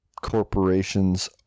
corporations